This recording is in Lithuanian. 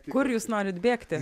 kur jūs norit bėgti